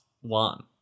one